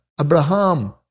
Abraham